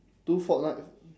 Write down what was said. two fortnite